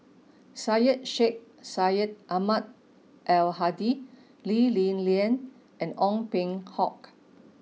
Syed Sheikh Syed Ahmad Al Hadi Lee Li Lian and Ong Peng Hock